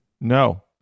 No